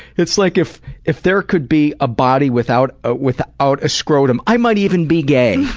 it's like if if there could be a body without ah without a scrotum i might even be gay!